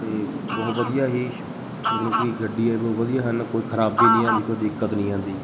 ਅਤੇ ਬਹੁਤ ਵਧੀਆ ਹੀ ਮਤਲਬ ਕਿ ਗੱਡੀ ਬਹੁਤ ਵਧੀਆ ਹਨ ਕੋਈ ਖਰਾਬੀ ਵੀ ਨਹੀਂ ਆਉਂਦੀ ਕੋਈ ਦਿੱਕਤ ਨਹੀਂ ਆਉਂਦੀ